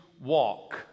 walk